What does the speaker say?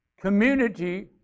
community